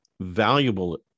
valuable